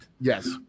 Yes